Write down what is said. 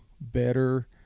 better